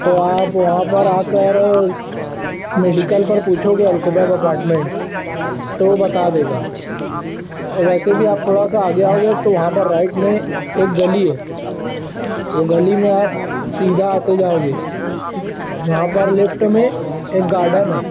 تو آپ وہاں پر آ کر میڈیکل پر پوچھو گے الخبب اپارٹمنٹ تو وہ بتا دے گا اور ویسے بھی آپ تھوڑا سا آگے آؤ گے تو وہاں پر رائٹ میں ایک گلی ہے وہ گلی میں آپ سیدھا آتے جاؤ گے وہاں پر لیفٹ میں ایک گارڈن ہے